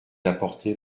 apportez